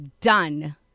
done